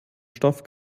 stoff